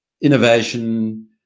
innovation